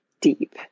deep